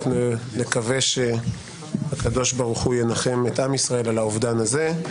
רק נקווה שהקדוש ברוך הוא ינחם את עם ישראל על האובדן הזה.